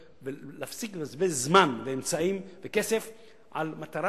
ולהפסיק לבזבז זמן ואמצעים וכסף על מטרה